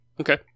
Okay